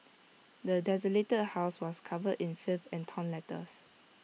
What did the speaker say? the desolated house was covered in filth and torn letters